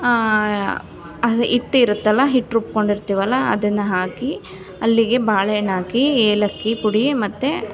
ಹಿಟ್ಟು ಇರುತ್ತಲ್ಲ ಹಿಟ್ಟು ರುಬ್ಕೊಂಡಿರ್ತೀವಲ್ಲ ಅದನ್ನು ಹಾಕಿ ಅಲ್ಲಿಗೆ ಬಾಳೆಹಣ್ಣು ಹಾಕಿ ಏಲಕ್ಕಿ ಪುಡಿ ಮತ್ತೆ